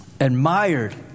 admired